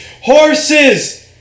Horses